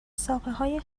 ساقههای